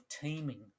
teaming